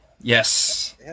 Yes